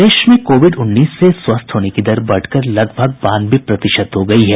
प्रदेश में कोविड उन्नीस से स्वस्थ होने की दर बढ़कर लगभग बानवे प्रतिशत हो गयी है